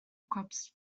crops